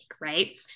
right